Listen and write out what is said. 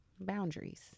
boundaries